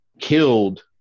killed